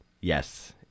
Yes